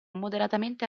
moderatamente